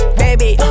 baby